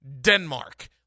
Denmark